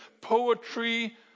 poetry